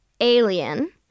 alien